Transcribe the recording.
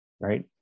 right